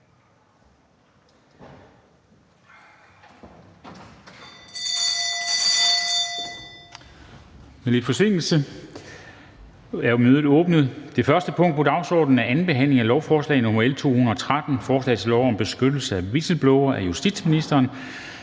Det første punkt på dagsordenen er: 1) 2. behandling af lovforslag nr. L 213: Forslag til lov om beskyttelse af whistleblowere. Af justitsministeren